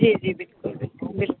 जी जी जी बिलकुल बिलकुल बिलकुल